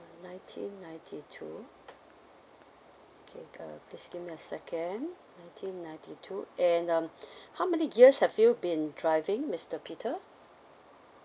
nineteen ninety two okay uh just me a second nineteen ninety two and um how many years have you been driving mister peter